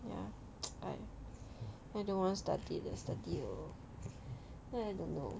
ya I I don't want study and study lor I don't know